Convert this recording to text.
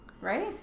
right